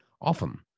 Often